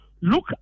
look